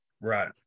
Right